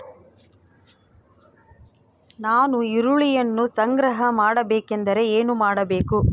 ನಾನು ಈರುಳ್ಳಿಯನ್ನು ಸಂಗ್ರಹ ಮಾಡಬೇಕೆಂದರೆ ಏನು ಮಾಡಬೇಕು?